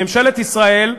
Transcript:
ממשלת ישראל,